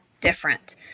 different